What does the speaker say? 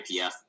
IPF